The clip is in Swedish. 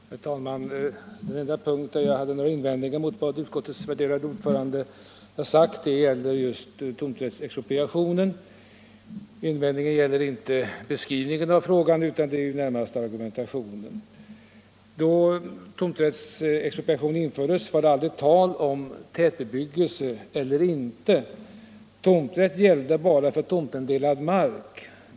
Herr talman! Den enda punkt där jag har några invändningar mot vad utskottets värderade ordförande sagt är tomträttsexpropriationen. Invändningarna gäller inte beskrivningen av frågan utan närmast argumentationen. Då tomträttsexpropriation infördes var det aldrig tal om tätbebyggelse eller inte — tomträtt gällde bara för tomtindelad mark.